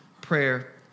prayer